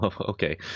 okay